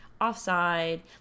offside